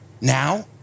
Now